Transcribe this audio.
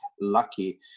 lucky